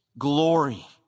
Glory